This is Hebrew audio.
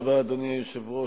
אדוני היושב-ראש,